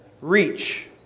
reach